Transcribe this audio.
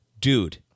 dude